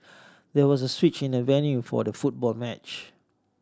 there was a switch in the venue for the football match